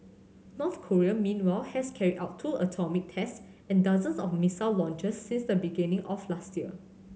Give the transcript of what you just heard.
North Korea meanwhile has carried out two atomic tests and dozens of missile launches since the beginning of last year